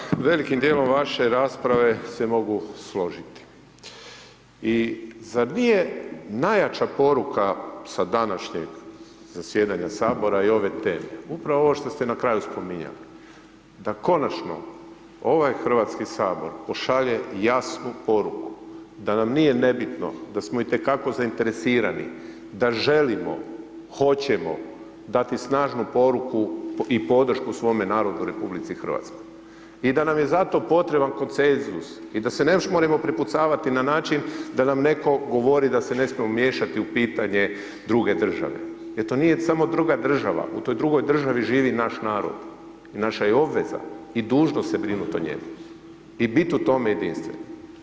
Kolega sa velikim dijelom vaše rasprave se mogu složiti i zar nije najjača poruka sa današnjeg zasjedanja sabora i ove teme upravo ovo što ste na kraju spominjali, da konačno ovaj Hrvatski sabor pošalje jasnu poruku, da nam nije nebitno, da smo i te kako zainteresirani, da želimo, hoćemo dati snažnu poruku i podršku svome narodu u RH i da nam je zato potreban koncensus i da se ne možemo prepucavati na način da nam netko govori da se ne smijemo miješati u pitanje druge države, jer to nije samo druga država, u toj drugoj državi živi i naš narod i naša je obveza i dužnost se brinut o njemu i bit u tome jedinstveni.